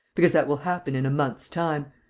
because that will happen in a month's time.